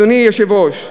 אדוני היושב-ראש,